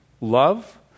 love